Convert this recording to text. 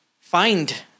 find